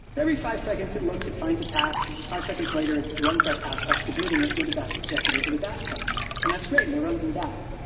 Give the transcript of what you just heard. every five seconds, it looks, it finds a task, and then five seconds later it runs that task by submitting it through the dask executor to the dask cluster, and that's great, and it runs in dask.